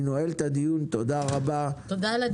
תודה רבה, הישיבה נעולה.